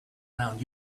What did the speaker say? around